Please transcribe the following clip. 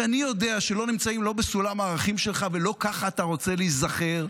שאני יודע שלא נמצאים לא בסולם הערכים שלך ולא ככה אתה רוצה להיזכר,